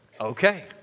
okay